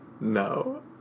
no